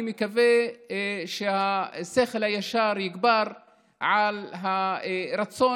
אני מקווה שהשכל הישר יגבר על הרצון